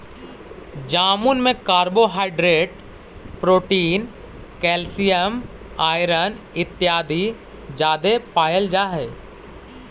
जामुन में carbohydrate protein calcium iron इत्यादि जादे पायल जा हई